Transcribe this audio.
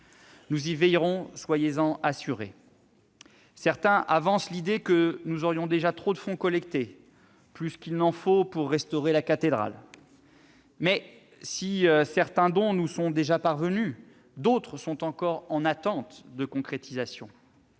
Nous y veillerons ; soyez-en assurés. Certains avancent l'idée que nous aurions déjà collecté trop de fonds, plus qu'il n'en faut pour restaurer la cathédrale. Mais si certains dons nous sont déjà parvenus, d'autres sont encore en attente de concrétisation.